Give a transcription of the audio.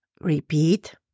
Repeat